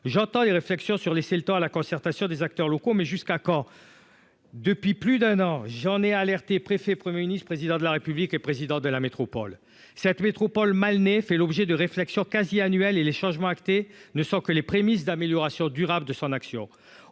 J'entends les réflexions sur laisser le temps à la concertation des acteurs locaux. Mais jusqu'à quand.-- Depuis plus d'un an, j'en ai alerté préfet Premier ministre-président de la République et président de la métropole cette métropole mal n'est fait l'objet de réflexions quasi annuelle et les changements acté ne sont que les prémices d'amélioration durable de son action